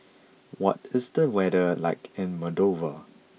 what is the weather like in Moldova